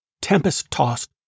tempest-tossed